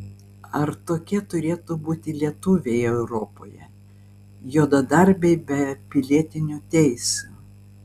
ar tokie turėtų būti lietuviai europoje juodadarbiai be pilietinių teisių